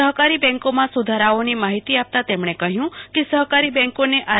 સહકારી બેંકોમાં સુધારાઓની માહિતી આપતા તેમને કહ્યું કે સહકારી બેન્કોને આર